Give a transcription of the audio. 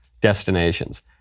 destinations